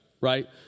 right